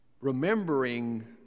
remembering